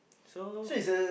so